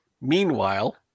Meanwhile